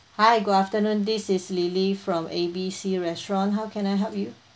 hi good afternoon this is lily from A B C restaurant how can I help you